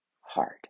hard